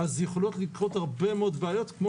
יכולות לקרות הרבה מאוד בעיות כפי